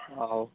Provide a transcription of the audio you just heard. okay